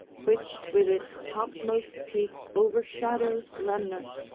which with its topmost peak overshadows lemnos,